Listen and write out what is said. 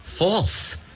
False